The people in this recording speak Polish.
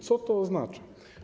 Co to oznacza?